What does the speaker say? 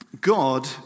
God